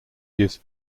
gives